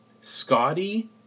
Scotty